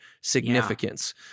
significance